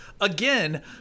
again